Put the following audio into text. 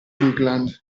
bigland